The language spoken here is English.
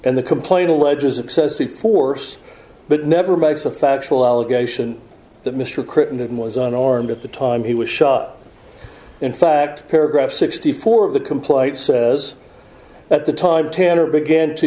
and the complaint alleges excessive force but never makes a factual allegation that mr crittendon was unarmed at the time he was shot in fact paragraph sixty four of the complaint says at the time tender began to